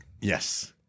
yes